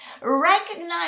Recognize